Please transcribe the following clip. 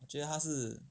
我觉得他是